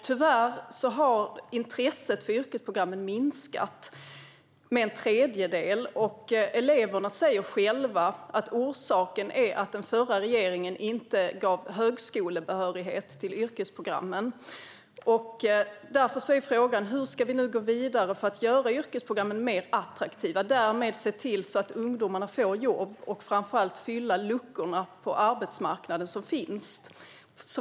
Tyvärr har intresset för yrkesprogrammen minskat med en tredjedel. Eleverna själva säger att orsaken är att den förra regeringen inte införde högskolebehörighet i yrkesprogrammen. Därför är frågan: Hur ska vi nu gå vidare för att göra yrkesprogrammen mer attraktiva och därmed se till att ungdomarna får jobb? Framför allt behöver man fylla de luckor som finns på arbetsmarknaden.